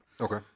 Okay